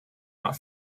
not